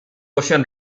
question